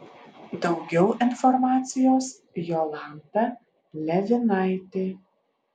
daugiau informacijos jolanta levinaitė